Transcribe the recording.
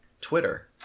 Twitter